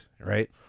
right